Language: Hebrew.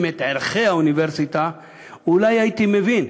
את ערכי האוניברסיטה אולי הייתי מבין,